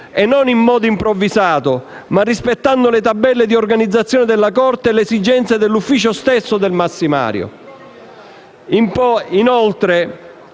si fa in modo improvvisato, ma rispettando le tabelle di organizzazione della Corte e le esigenze dell'ufficio del massimario.